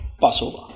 Passover